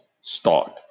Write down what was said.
start